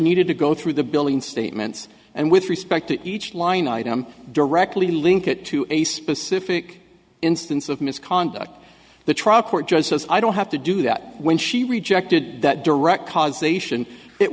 needed to go through the billing statements and with respect to each line item directly link it to a specific instance of misconduct the trial court judge says i don't have to do that when she rejected that direct causation it